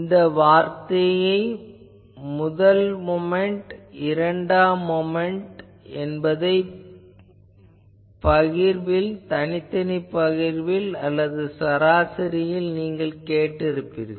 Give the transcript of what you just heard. இந்த வார்த்தையை முதல் மொமென்ட் இரண்டாம் மொமென்ட் என்பதை பகிர்வில் தனித்தனி பகிர்வில் அல்லது சராசரியில் நீங்கள் கேட்டிருப்பீர்கள்